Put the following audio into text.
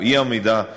או אי-עמידה,